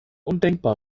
undenkbar